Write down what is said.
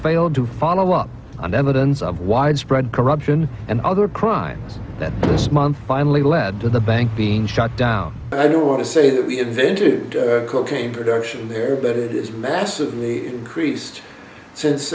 failed to follow up on evidence of widespread corruption and other crimes that this month finally led to the bank being shut down i don't want to say that we invented cocaine production there but it is massively increased since